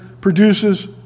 produces